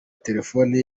telefoni